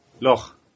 Loch